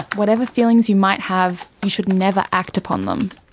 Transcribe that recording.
whatever feelings you might have, you should never act upon them.